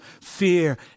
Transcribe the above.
fear